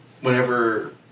whenever